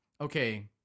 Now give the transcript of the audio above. okay